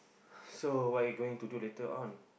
so what you going to do later on